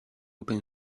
open